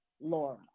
Laura